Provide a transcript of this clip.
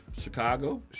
Chicago